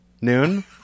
noon